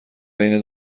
بین